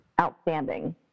outstanding